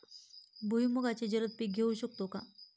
भुईमुगाचे जलद पीक घेऊ शकतो का?